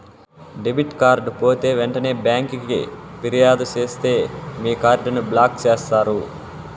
debit card పోతే ఎంటనే బ్యాంకికి ఫిర్యాదు సేస్తే మీ కార్డుని బ్లాక్ చేస్తారు